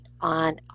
on